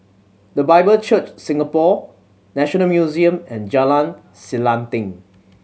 The Bible Church Singapore National Museum and Jalan Selanting